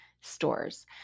stores